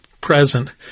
present